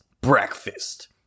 breakfast